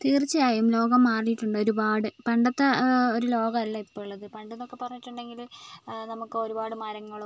തീർച്ചയായും ലോകം മാറിയിട്ടുണ്ട് ഒരുപാട് പണ്ടത്തെ ഒരു ലോകമല്ല ഇപ്പോൾ ഉള്ളത് പണ്ടെന്നൊക്കെ പറഞ്ഞിട്ടുണ്ടെങ്കിൽ നമുക്ക് ഒരുപാട് മരങ്ങളും